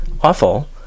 Awful